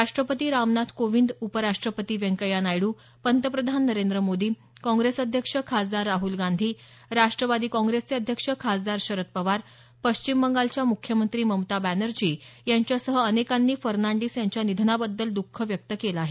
राष्ट्रपती रामनाथ कोविंद उपराष्ट्रपती व्यंकय्या नायडू पंतप्रधान नरेंद्र मोदी काँग्रेस अध्यक्ष खासदार राहुल गांधी राष्ट्रवादी काँग्रेसचे अध्यक्ष खासदार शरद पवार पश्चिम बंगालच्या मुख्यमंत्री ममता बॅनर्जी यांच्यासह अनेकांनी फर्नांडीस यांच्या निधनाबद्दल दुख व्यक्त केलं आहे